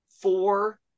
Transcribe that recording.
four